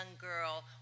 girl